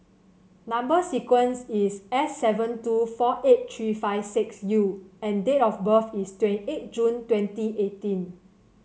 number sequence is S seven two four eight three five six U and date of birth is twenty eight June twenty eighteen